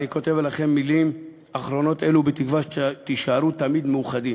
אני כותב אליכם מילים אחרונות אלו בתקווה שתישארו תמיד מאוחדים.